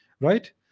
right